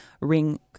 ring